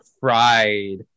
fried